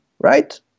right